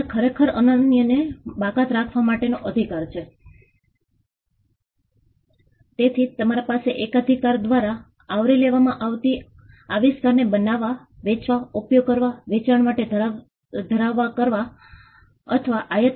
આ પૂરને કારણે એક દિવસ પૂર અથવા માત્ર 2 દિવસના પૂરને કારણે લગભગ 1000 લોકો માર્યા ગયા હતા